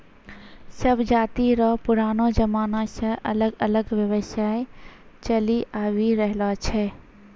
सब जाति रो पुरानो जमाना से अलग अलग व्यवसाय चलि आवि रहलो छै